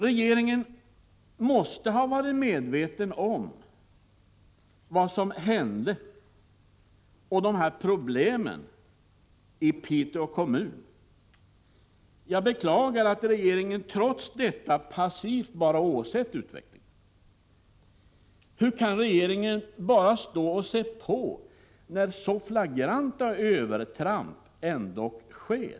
Regeringen måste ha varit medveten om vad som hände och om de här problemen i Piteå kommun. Jag beklagar att regeringen trots detta passivt bara åsett utvecklingen. Hur kan regeringen bara stå och se på när så flagranta övertramp ändock sker?